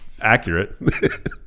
accurate